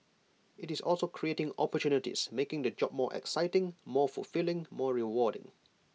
IT is also creating opportunities making the job more exciting more fulfilling more rewarding